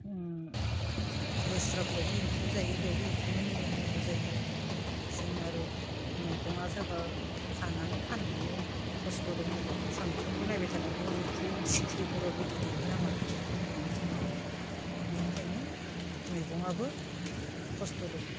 लेस्रा फ्रावबो एम्फौ जायो बेयावबो एम्फौनि मुलि होनांगौ जायो जों आरो मैगं आ जाब्ला खानानै फानहैयो खस्थ' दङ सामफ्रोमबो नायबाय थानांगौ एम्फौ सिख्रि फोरा बिदै दैयो नामा बेफोरखौ नायनानै जों माबायो बिनिखायनो मैगं आबो खस्थ' दं